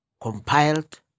compiled